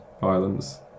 violence